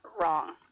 wrong